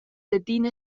adina